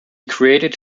created